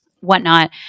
whatnot